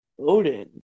Odin